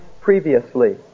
previously